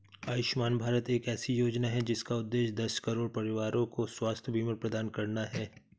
आयुष्मान भारत एक ऐसी योजना है जिसका उद्देश्य दस करोड़ परिवारों को स्वास्थ्य बीमा प्रदान करना है